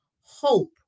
Hope